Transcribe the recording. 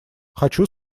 хочу